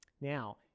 Now